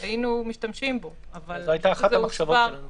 כולם, למעט חריגים של ועדת חריגים.